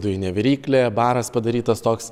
dujinė viryklė baras padarytas toks